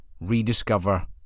rediscover